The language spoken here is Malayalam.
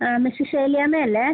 ആ മിസിസ് ഏലിയാമ്മ അല്ലേ